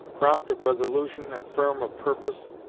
prompt of resolution and firm of purpose,